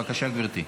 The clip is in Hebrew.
בבקשה, גברתי.